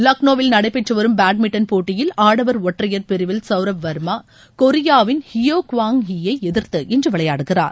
லக்னோவில் நடைபெற்றுவரும் பேட்மிண்டன் போட்டியில் ஆடவர் ஒற்றையர் பிரிவில் சவுரப் வர்மா கொரியாவின் ஹியோ க்வாங் ஹி யை எதிர்த்து இன்று விளையாடுகிறார்